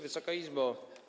Wysoka Izbo!